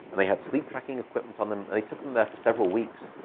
and they had sleep tracking equipment on them. they took them there for several weeks.